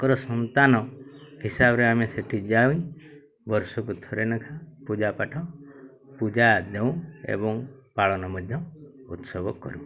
ତାଙ୍କର ସନ୍ତାନ ହିସାବରେ ଆମେ ସେଠି ଯାଉ ବର୍ଷକୁ ଥରେ ନେଖା ପୂଜା ପାଠ ପୂଜା ଦେଉ ଏବଂ ପାଳନ ମଧ୍ୟ ଉତ୍ସବ କରୁ